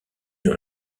dans